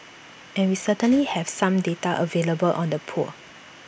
and we certainly have some data available on the poor